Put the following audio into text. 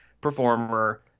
performer